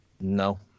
No